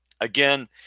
Again